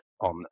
on